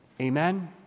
Amen